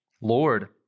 Lord